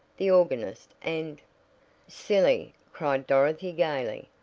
the organist and silly! cried dorothy gaily.